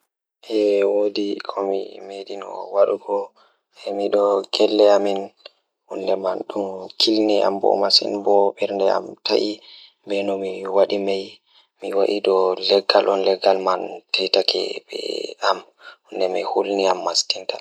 So tawii miɗo waɗa njam e nder adventure ngal, mi waɗataa njiddaade fiyaangu e hoore ngal. Adventure ngal njiddaade sabu njamaaji ngal rewɓe ngal ngal e nguurndam ngal. Ko fayde kañum ngal njiddaade fiyaangu ngal ngam.